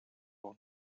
won